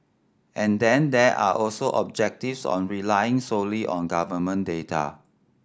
and then there are also objectives on relying solely on government data